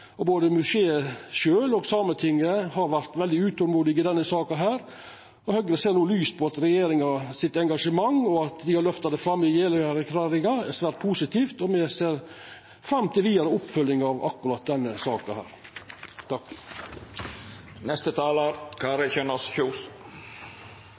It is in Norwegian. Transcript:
Jeløya-erklæringa. Både museet sjølv og Sametinget har vore veldig utolmodige i denne saka, og Høgre ser no lyst på regjeringa sitt engasjement. At dei har løfta det fram i Jeløya-erklæringa, er svært positivt, og me ser fram til den vidare oppfølginga av denne saka.